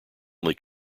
only